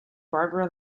barbara